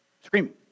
Screaming